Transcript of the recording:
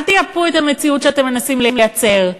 אל תייפו את המציאות שאתם מנסים לייצר,